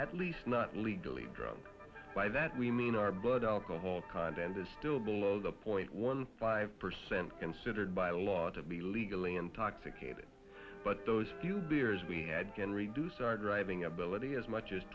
at least not legally drunk by that we mean our blood alcohol content is still below the point one five percent considered by law to be legally intoxicated but those few beers we had can reduce our driving ability as much as